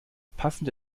passende